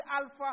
alpha